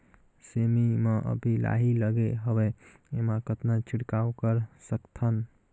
सेमी म अभी लाही लगे हवे एमा कतना छिड़काव कर सकथन?